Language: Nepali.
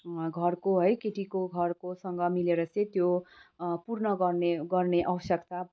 घरको है केटीको घरकोसँग मिलेर चाहिँ त्यो पूर्ण गर्ने गर्ने अवसर प्राप्त